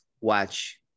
watch